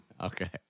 Okay